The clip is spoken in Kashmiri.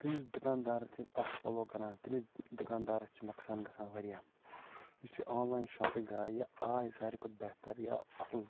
بیٚیہِ یُس دُکان دار تہِ آسہِ پَلوٚو کٕنان تٔمِس دُکان دارَس چھُ نۄقصان گژھان واریاہ یُس یہِ آنلاین شواپِنٛگ آیہِ آیہِ ساروٕے کھۄتہٕ بہتر یا اصٕل